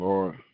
Lord